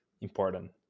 important